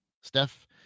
Steph